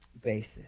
basis